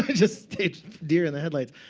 just deer in the headlights.